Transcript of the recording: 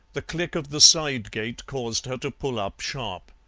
the click of the side gate caused her to pull up sharp.